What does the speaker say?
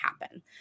happen